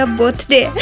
birthday